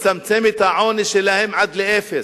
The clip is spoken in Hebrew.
נצמצם את העוני שלהם עד לאפס.